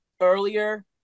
earlier